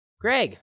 Greg